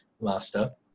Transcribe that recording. Master